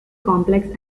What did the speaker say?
complex